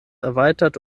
erweitert